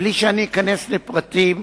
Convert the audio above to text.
בלי שאני אכנס לפרטים,